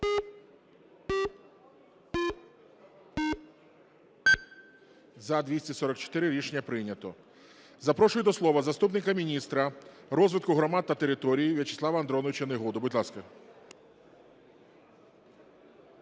За-244 Рішення прийнято. Запрошую до слова заступника міністра розвитку громад та територій В'ячеслава Андроновича Негоду, будь ласка.